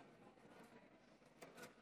יש